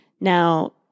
Now